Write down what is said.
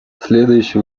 следующий